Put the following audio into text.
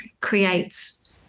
creates